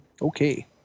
okay